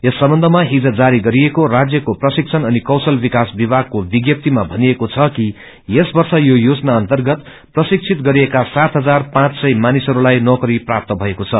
यस सम्बन्धमा छिज जारी गरिएको राज्यको प्रशिक्षण अनि क्रीशल विकास विभागको विज्ञप्तिमा भनिएको छ कि यस वर्ष यो योजना अर्न्तगत प्रशिक्षित गरिएका सात हजार पाँच सय मानिसहरूलाई नौकरी प्राप्त भएको छ